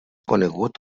conegut